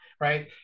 right